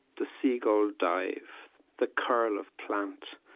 the seagull dive the curl of plant,